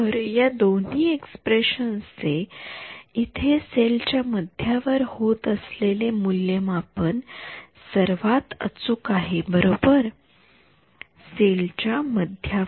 तर या दोन्ही एक्स्प्रेशनस चे इथे सेल च्या मध्यावर होत असलेले मूल्यमापन सर्वात अचूक आहे बरोबर सेल च्या मध्यावर